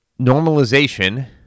normalization